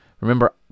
Remember